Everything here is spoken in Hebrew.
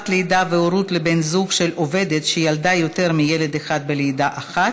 לידה והורות לבן זוג של עובדת שילדה יותר מילד אחד בלידה אחת),